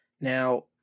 Now